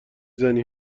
زنی